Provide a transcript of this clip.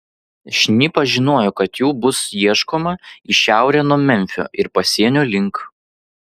šnipas žinojo kad jų bus ieškoma į šiaurę nuo memfio ir pasienio link